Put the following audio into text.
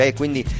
quindi